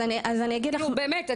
באמת,